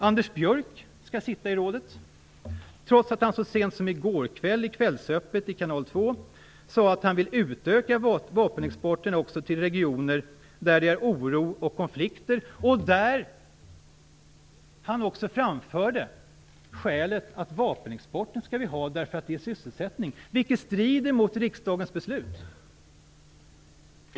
Anders Björck skall sitta i rådet trots att han så sent som i går kväll i Kvällsöppet i TV 2 sade att han vill utöka vapenexporten också till regioner där det är oro och konflikter. Han framförde också ett skäl för detta: Vi skall ha vapenexporten eftersom den ger sysselsättning. Detta strider mot riksdagens beslut.